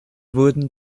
wurden